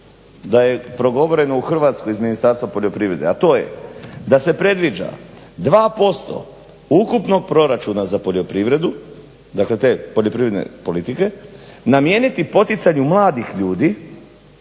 da je progovoreno u Hrvatskoj iz Ministarstva poljoprivrede, a to je da se predviđa 2% ukupnog proračuna za poljoprivredu dakle te poljoprivredne politike namijeniti poticanju mladih ljudi